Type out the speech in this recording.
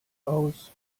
aus